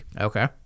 Okay